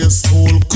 school